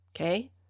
okay